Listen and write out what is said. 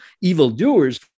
evildoers